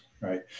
right